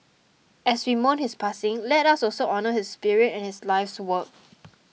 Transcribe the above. as we mourn his passing let us also honour his spirit and his life's work